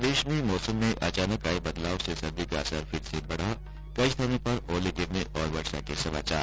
प्रदेश में मौसम में अचानक आये बदलाव से सर्दी का असर फिर से बढ़ा कई स्थानों पर ओले गिरने और वर्षा के समाचार